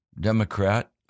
Democrat